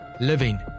living